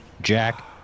Jack